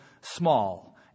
small